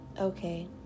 okay